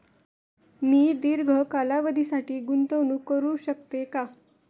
मी दीर्घ कालावधीसाठी गुंतवणूक करू शकते का?